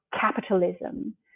capitalism